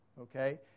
Okay